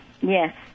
Yes